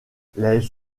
les